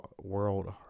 World